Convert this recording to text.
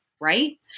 right